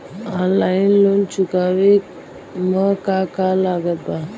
Offline loan चुकावे म का का लागत बा?